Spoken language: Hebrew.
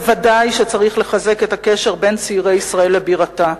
ודאי שצריך לחזק את הקשר בין צעירי ישראל לבירתה.